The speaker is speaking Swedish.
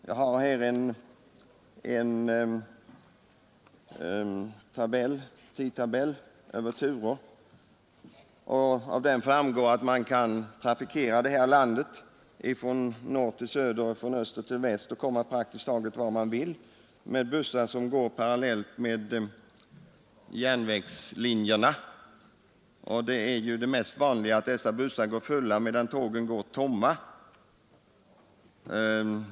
Jag har här en tidtabell över turer, och av den framgår att man kan trafikera det här landet från norr till söder och från öster till väster och resa praktiskt taget vart man vill med bussar som går parallellt med järnvägslinjerna. Det mest vanliga är ju att dessa bussar går fulla medan tågen går tomma.